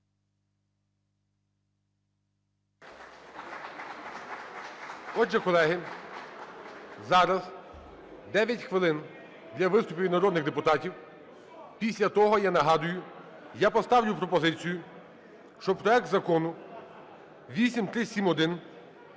Отже, колеги, зараз 9 хвилин для виступів від народних депутатів. Після того, я нагадую, я поставлю пропозицію, що проект Закону 8371